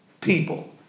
people